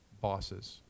bosses